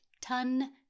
ton